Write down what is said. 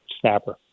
snapper